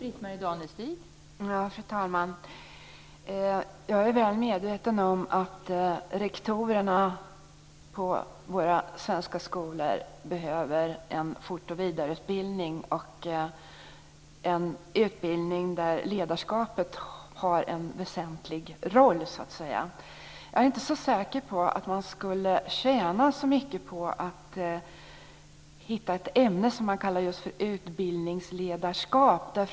Fru talman! Jag är väl medveten om att rektorerna på våra svenska skolor behöver en fort och vidareutbildning och en utbildning där ledarskapet har en väsentlig roll. Jag är inte så säker att man skulle tjäna så mycket på att hitta ett ämne som man kallar för utbildningsledarskap.